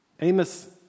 Amos